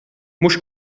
mhux